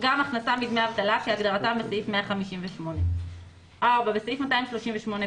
גם הכנסה מדמי אבטלה כהגדרתם בסעיף 158"; (4)בסעיף 238,